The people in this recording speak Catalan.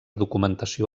documentació